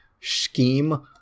scheme